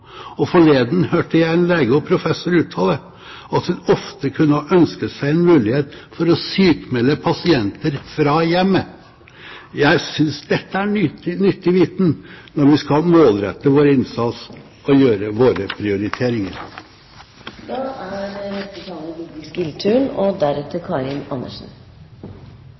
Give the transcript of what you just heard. sin sykdom. Forleden hørte jeg en lege og professor uttale at han ofte kunne ha ønsket seg en mulighet for å sykmelde pasienter fra hjemmet. Jeg synes dette er nyttig viten når vi skal målrette vår innsats og gjøre våre prioriteringer. Arbeidsrettet rehabilitering er et viktig tiltak for dem som er sykmeldte. Arbeid, velferd og